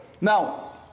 Now